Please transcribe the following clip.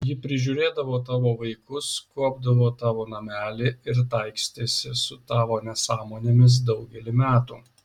ji prižiūrėdavo tavo vaikus kuopdavo tavo namelį ir taikstėsi su tavo nesąmonėmis daugelį metų